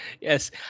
Yes